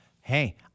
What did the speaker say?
Hey